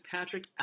Patrick